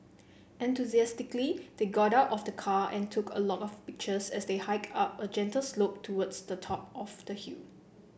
enthusiastically they got out of the car and took a lot of pictures as they hiked up a gentle slope towards the top of the hill